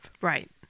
Right